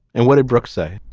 and what did brooke say.